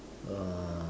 uh